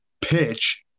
pitch